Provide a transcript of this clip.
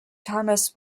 thomas